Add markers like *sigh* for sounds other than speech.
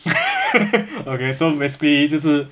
*laughs* okay so recipe 就是